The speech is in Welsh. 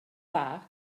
dda